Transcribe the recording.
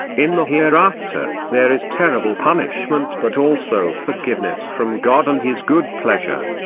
in the hereafter, there is terrible punishment but also forgiveness from god and his good pleasure.